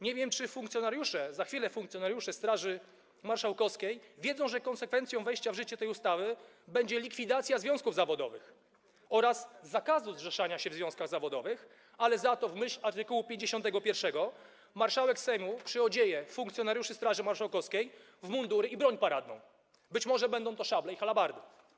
Nie wiem, czy funkcjonariusze, za chwilę funkcjonariusze Straży Marszałkowskiej wiedzą, że konsekwencją wejścia w życie tej ustawy będzie likwidacja związków zawodowych oraz zakazu zrzeszania się w związkach zawodowych, ale za to w myśl art. 51 marszałek Sejmu przyodzieje funkcjonariuszy Straży Marszałkowskiej w mundury i broń paradną, być może będą szable i halabardy.